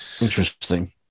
Interesting